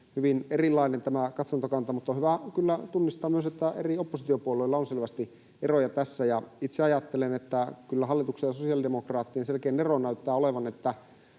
hyvin erilainen tämä katsantokanta, mutta on hyvä kyllä tunnistaa myös, että eri oppositiopuolueilla on selvästi eroja tässä. Itse ajattelen, että kyllä hallituksen ja sosiaalidemokraattien selkein ero näyttää olevan,